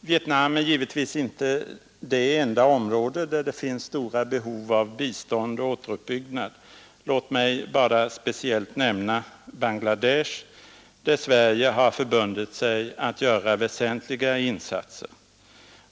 Vietnam är givetvis inte det enda område där det finns stora behov av bistånd och återuppbyggnad. Låt mig speciellt nämna Bangladesh, där Sverige har förbundit sig att göra väsentliga insatser.